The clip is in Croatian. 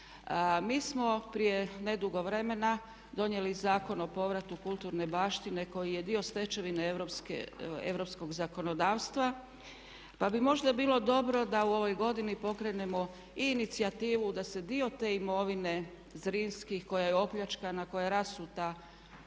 Mi smo prije nedugo vremena donijeli Zakon o povratu kulturne baštine koji je dio stečevine europskog zakonodavstva pa bi možda bilo dobro da u ovoj godini pokrenemo i inicijativu da se dio te imovine Zrinskih koja je opljačkana, koja je rasuta,